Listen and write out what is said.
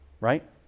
right